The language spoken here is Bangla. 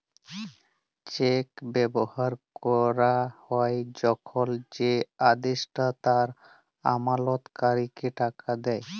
চেক ব্যবহার ক্যরা হ্যয় যখল যে আদেষ্টা তার আমালতকারীকে টাকা দেয়